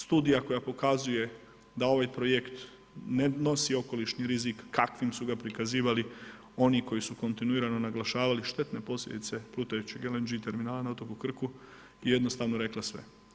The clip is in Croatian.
Studija koja pokazuje da ovaj projekt ne nosi okolišni rizik kakvim su ga prikazivali oni koji su kontinuirano naglašavali štetne posljedice plutajućeg LNG terminala na otoku Krku je jednostavno rekla sve.